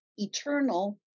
Eternal